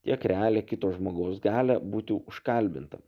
tiek realią kito žmogaus galią būti užkalbintam